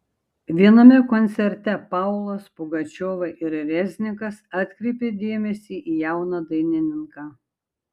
viename koncerte paulas pugačiova ir reznikas atkreipė dėmesį į jauną dainininką